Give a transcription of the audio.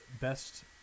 best